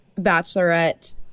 bachelorette